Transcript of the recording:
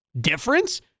difference